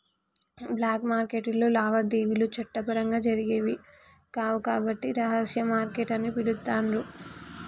black మార్కెట్టులో లావాదేవీలు చట్టపరంగా జరిగేవి కావు కాబట్టి రహస్య మార్కెట్ అని పిలుత్తాండ్రు